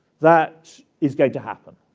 that is going to happen,